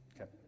Okay